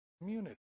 community